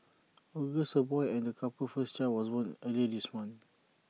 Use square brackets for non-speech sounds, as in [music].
[noise] August A boy and the couple's first child was born earlier this month